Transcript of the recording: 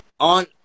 On